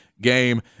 game